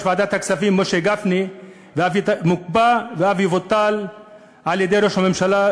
ועדת הכספים משה גפני מוקפא ואף יבוטל על-ידי ראש הממשלה,